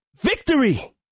victory